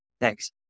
Thanks